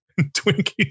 Twinkies